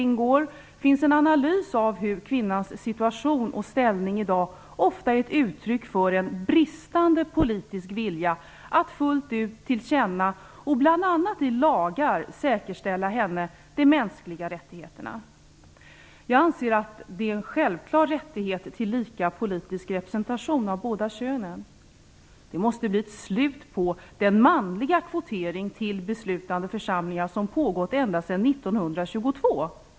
Där finns en analys av hur kvinnans situation och ställning i dag ofta är ett uttryck för en bristande politisk vilja att fullt ut erkänna och bl.a. i lagar säkerställa mänskliga rättigheter för kvinnorna. Jag anser att en likvärdig politisk representation av båda könen är en självklar rättighet. Det måste bli ett slut på den manliga kvotering till beslutande församlingar som har pågått ända sedan 1922.